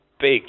big